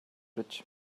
rich